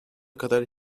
kadar